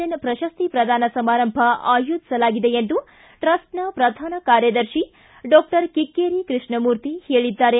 N ಪ್ರಶಸ್ತಿ ಪ್ರದಾನ ಸಮಾರಂಭ ಆಯೋಜಿಸಲಾಗಿದೆ ಎಂದು ಟ್ರಸ್ಟ್ನ ಪ್ರಧಾನ ಕಾರ್ಯದರ್ತಿ ಡಾಕ್ಟರ ಕಿಕ್ಕೆರಿ ಕೃಷ್ಣಮೂರ್ತಿ ಹೇಳಿದ್ದಾರೆ